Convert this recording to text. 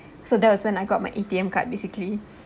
so that was when I got my A_T_M card basically